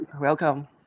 welcome